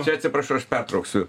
čia atsiprašau aš pertrauksiu